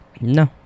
No